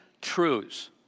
truths